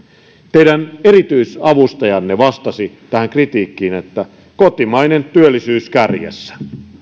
teidän erityisavustajanne vastasi tähän kritiikkiin että kotimainen työllisyys kärjessä